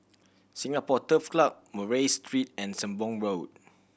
Singapore Turf Club Murray Street and Sembong Road